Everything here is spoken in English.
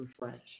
Refresh